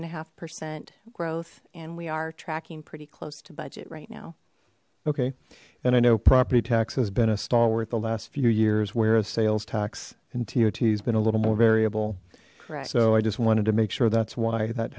and a half percent growth and we are tracking pretty close to budget right now okay and i know property tax has been a stalwart the last few years where a sales tax and tio t's been a little more variable so i just wanted to make sure that's why that